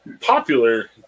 popular